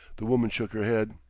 the woman shook her head,